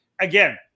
again